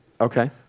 Okay